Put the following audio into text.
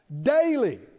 daily